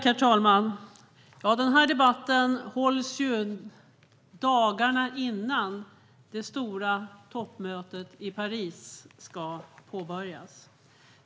Herr talman! Denna debatt hålls dagarna innan det stora toppmötet i Paris ska påbörjas.